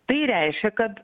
tai reiškia kad